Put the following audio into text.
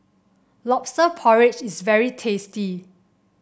lobster porridge is very tasty